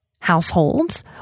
households